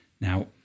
Now